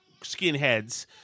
skinheads